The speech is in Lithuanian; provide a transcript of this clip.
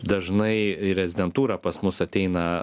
dažnai į rezidentūrą pas mus ateina